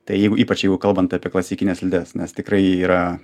tai jeigu ypač jeigu kalbant apie klasikines slides nes tikrai yra